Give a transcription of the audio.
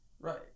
right